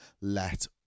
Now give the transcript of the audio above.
let